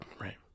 Right